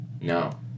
No